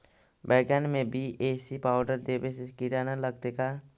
बैगन में BAC powder देबे से किड़ा न लगतै का?